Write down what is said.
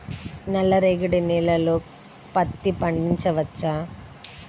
నల్ల రేగడి నేలలో పత్తి పండించవచ్చా?